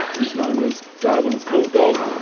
who is known as darwin's bulldog,